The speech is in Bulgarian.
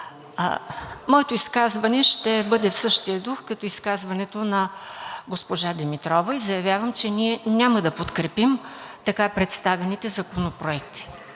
Моето изказване ще бъде в същия дух като изказването на госпожа Димитрова. Заявявам, че ние няма да подкрепим така представените законопроекти.